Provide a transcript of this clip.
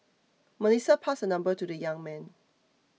Melissa passed her number to the young man